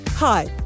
Hi